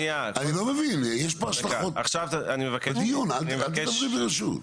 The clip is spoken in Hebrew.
רגע, אני לא מבין, אל תדברי בלי רשות.